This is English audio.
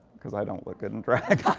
cause i don't look good in drag.